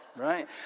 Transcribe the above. right